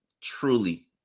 truly